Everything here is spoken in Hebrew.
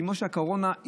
כמו בקורונה,